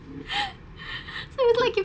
it was like a